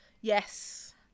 Yes